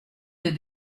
des